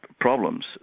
problems